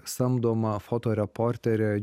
samdoma fotoreporterė